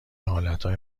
حالتهای